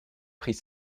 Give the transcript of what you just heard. pris